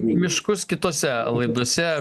miškus kitose laidose